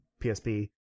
PSP